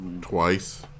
Twice